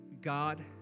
God